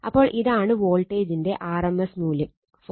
അപ്പോൾ ഇതാണ് വോൾട്ടേജിന്റെ ആർ എം എസ് മൂല്യം 4